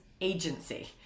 agency